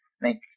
make